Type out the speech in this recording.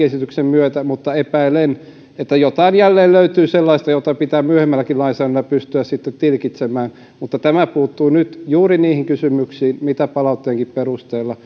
esityksen myötä mutta epäilen että jotain sellaista jälleen löytyy jota pitää myöhemmälläkin lainsäädännöllä pystyä sitten tilkitsemään mutta tämä puuttuu nyt juuri niihin kysymyksiin mitkä palautteenkin perusteella